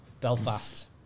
Belfast